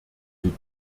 sie